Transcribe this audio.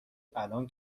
الان